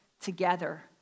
together